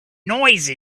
noise